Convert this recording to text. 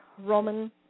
Roman